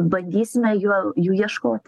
bandysime juo jų ieškoti